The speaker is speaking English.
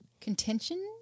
contention